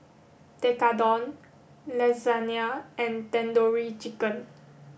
Tekkadon Lasagna and Tandoori Chicken